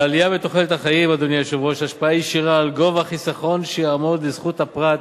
לעלייה בתוחלת החיים השפעה ישירה על גובה החיסכון שיעמוד לזכות הפרט